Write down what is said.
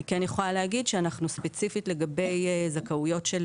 אני כן יכולה להגיד שאנחנו ספציפית לגבי זכאויות של